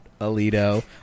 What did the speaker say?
Alito